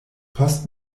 post